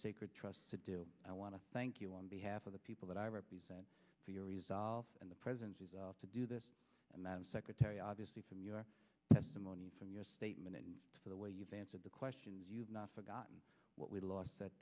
sacred trust to do i want to thank you on behalf of the people that i represent for your resolve and the president's resolve to do this and that of secretary obviously from your testimony from your statement and to the way you've answered the questions you've not forgotten what we lost that